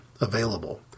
available